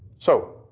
so,